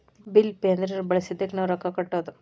bill pay ಅಂದ್ರ ಬಳಸಿದ್ದಕ್ಕ್ ನಾವ್ ರೊಕ್ಕಾ ಕಟ್ಟೋದು